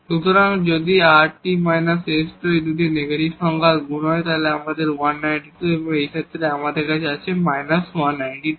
সুতরাং যদি rt − s2 এই দুটি নেগেটিভ সংখ্যার গুন হয় আমাদের 192 এবং এই ক্ষেত্রে আমাদের আছে 192